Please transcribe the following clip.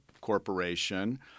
corporation